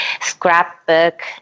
scrapbook